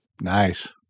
Nice